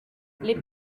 les